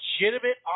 legitimate